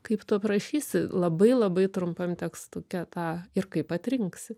kaip tu aprašysi labai labai trumpam tekstuke tą ir kaip atrinksi